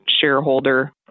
shareholder